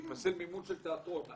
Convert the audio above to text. ייפסל מימון של תיאטרון?